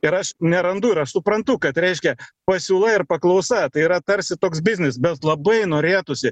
ir aš nerandu ir aš suprantu kad reiškia pasiūla ir paklausa tai yra tarsi toks biznis bet labai norėtųsi